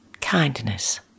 kindness